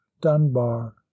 dunbar